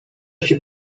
się